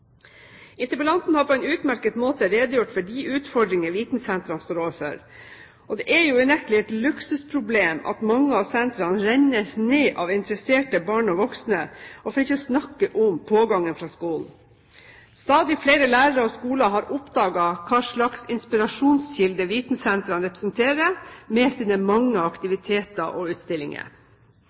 Interpellanten har på en utmerket måte redegjort for de utfordringer vitensentrene står overfor. Det er jo unektelig et luksusproblem at mange av sentrene blir rent ned av interesserte barn og voksne, for ikke å snakke om pågangen fra skolen. Stadig flere lærere og skoler har oppdaget hvilken inspirasjonskilde vitensentrene representerer med sine mange aktiviteter og utstillinger.